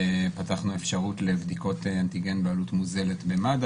פתחנו אפשרות לבדיקות אנטיגן בעלות מוזלת במד"א